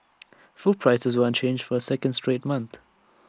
food prices were unchanged for A second straight month